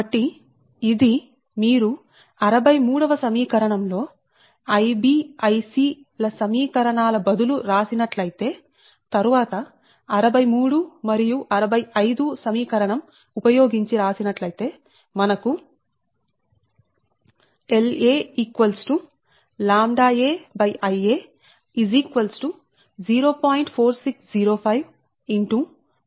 కాబట్టి మీరు 63 వ సమీకరణం లో Ib Ic ల సమీకరణాలు బదులు రాసినట్లయితే తరువాత 63 మరియు 65 సమీకరణం ఉపయోగించి రాసినట్లయితే మనకు La λa Ia 0